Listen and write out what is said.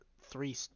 three